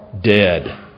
dead